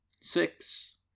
Six